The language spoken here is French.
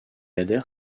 adhère